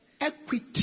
equity